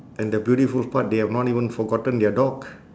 and the beautiful part they have not even forgotten their dog